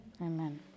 Amen